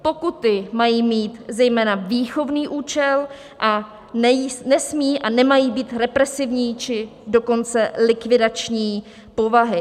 Pokuty mají mít zejména výchovný účel a nesmí a nemají být represivní, či dokonce likvidační povahy.